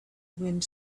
wind